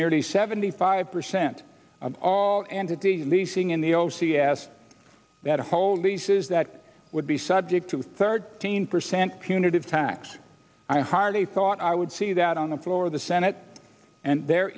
nearly seventy five percent of all entity leasing in the o c s that hold leases that would be subject to thirteen percent punitive tax i hardly thought i would see that on the floor of the senate and there